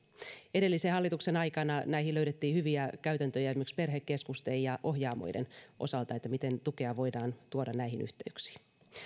edellisen hallituksen aikana löydettiin hyviä käytäntöjä esimerkiksi perhekeskusten ja ohjaamoiden osalta miten tukea voidaan tuoda näihin yhteyksiin